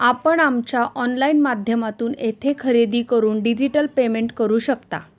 आपण आमच्या ऑनलाइन माध्यमातून येथे खरेदी करून डिजिटल पेमेंट करू शकता